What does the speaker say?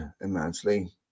immensely